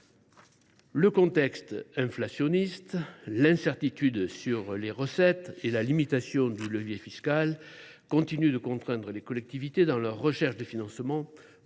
Le contexte inflationniste, l’incertitude sur les recettes et la limitation du levier fiscal continuent de contraindre les collectivités dans leur recherche de financement